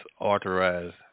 authorized